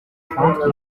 trente